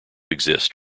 exist